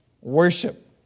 worship